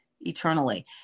eternally